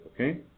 okay